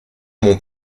mon